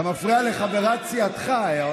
אתה מפריע לחברת סיעתך.